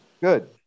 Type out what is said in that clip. Good